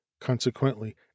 Consequently